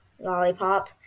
lollipop